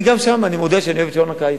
אני מודה שאני אוהב את שעון הקיץ.